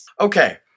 Okay